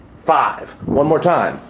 five. one more time,